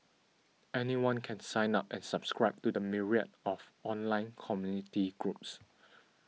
anyone can sign up and subscribe to the myriad of online community groups